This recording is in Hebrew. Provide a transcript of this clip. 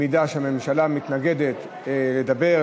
אם הממשלה מתנגדת לדבר,